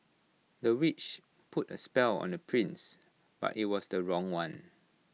the witch put A spell on the prince but IT was the wrong one